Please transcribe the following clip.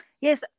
yes